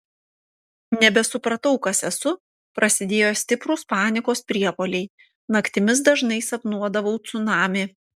nebesupratau kas esu prasidėjo stiprūs panikos priepuoliai naktimis dažnai sapnuodavau cunamį